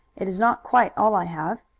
it is not quite all i have.